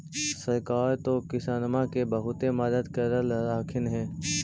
सरकार तो किसानमा के बहुते मदद कर रहल्खिन ह?